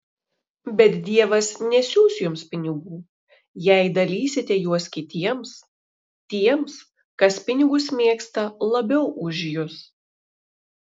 bet dievas nesiųs jums pinigų jei dalysite juos kitiems tiems kas pinigus mėgsta labiau už jus